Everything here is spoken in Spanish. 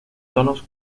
tonos